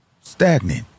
stagnant